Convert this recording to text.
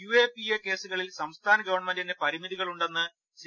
U A P A കേസുകളിൽ സംസ്ഥാന ഗവൺമെന്റിന് പരിമിതികളുണ്ടെന്ന് സി